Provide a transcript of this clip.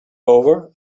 over